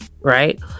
right